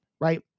right